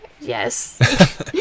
Yes